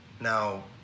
Now